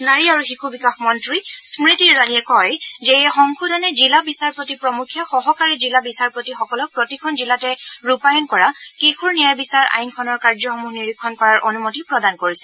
নাৰী আৰু শিশু বিকাশ মন্ত্ৰী স্মৃতি ইৰাণীয়ে কয় যে এই সংশোধনে জিলা বিচাৰপতি প্ৰমুখ্য সহকাৰী জিলা বিচাৰপতি সকলক প্ৰতিখন জিলাতে ৰূপায়ন কৰা কিশোৰ ন্যায়বিচাৰ আইনখনৰ কাৰ্যসমূহ নিৰীক্ষণ কৰাৰ অনুমতি প্ৰদান কৰিছে